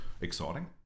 exciting